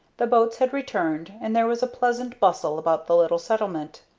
the boats had returned, and there was a pleasant bustle about the little settlement.